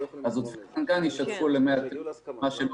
הם יישפכו למי התהום.